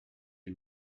you